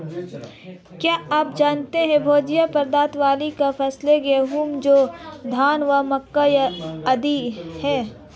क्या आप जानते है भोज्य पदार्थ वाली फसलें गेहूँ, जौ, धान व मक्का आदि है?